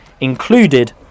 included